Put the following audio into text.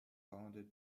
founded